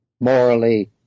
morally